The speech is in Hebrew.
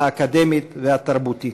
האקדמית והתרבותית.